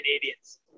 canadians